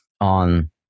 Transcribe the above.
on